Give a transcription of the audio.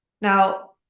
Now